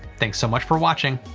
thanks so much for watching,